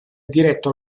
diretto